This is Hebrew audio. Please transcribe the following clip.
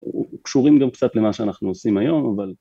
קשורים גם קצת למה שאנחנו עושים היום, אבל...